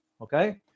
Okay